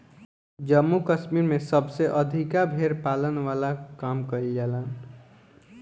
जम्मू कश्मीर में सबसे अधिका भेड़ पालन वाला काम कईल जाला